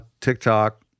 tiktok